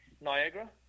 Niagara